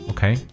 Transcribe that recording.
Okay